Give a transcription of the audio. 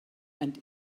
and